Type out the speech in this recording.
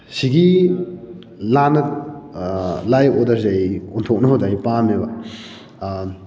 ꯁꯤꯒꯤ ꯂꯥꯟꯅ ꯂꯥꯛꯏ ꯑꯣꯗꯔꯁꯦ ꯑꯩ ꯑꯣꯟꯊꯣꯛꯅꯕꯗ ꯑꯩ ꯄꯥꯝꯃꯦꯕ